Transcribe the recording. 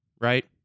Right